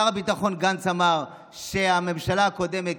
שר הביטחון גנץ אמר שבממשלה הקודמת,